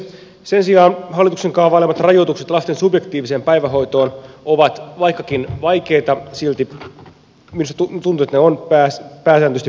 sen sijaan hallituksen kaavailemat rajoitukset lasten subjektiiviseen päivähoitoon ovat vaikkakin vaikeita silti minusta tuntuu pääsääntöisesti perusteltuja